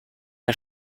mir